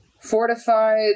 Fortified